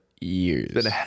years